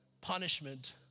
punishment